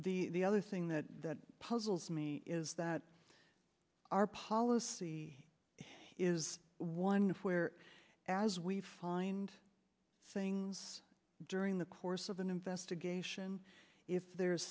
the other thing that puzzles me is that our policy is one where as we find things during the course of an investigation if there's